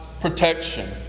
protection